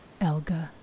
Elga